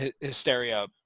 Hysteria